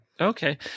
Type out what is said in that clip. Okay